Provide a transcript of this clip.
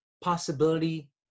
possibility